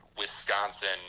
Wisconsin